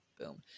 Boom